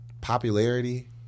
popularity